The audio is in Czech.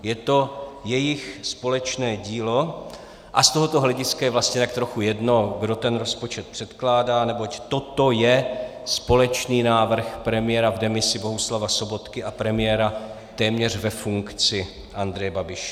Je to jejich společné dílo a z tohoto hlediska je vlastně tak trochu jedno, kdo ten rozpočet předkládá, neboť toto je společný návrh premiéra v demisi Bohuslava Sobotky a premiéra téměř ve funkci Andreje Babiše.